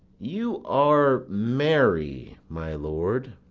you are merry, my lord.